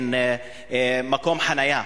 אין מקום חנייה.